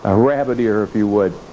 ah rabbit ear if you will,